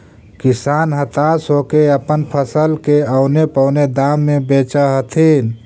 किसान हताश होके अपन फसल के औने पोने दाम में बेचऽ हथिन